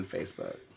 Facebook